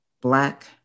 Black